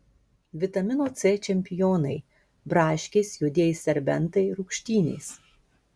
vitamino c čempionai braškės juodieji serbentai rūgštynės